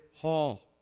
hall